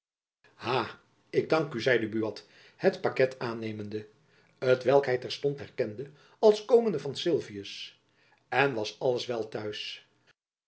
ik dank u zeide buat het paket aannemende t welk hy terstond herkende als komende van sylvius en was alles wel t'huis